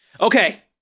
Okay